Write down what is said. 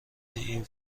این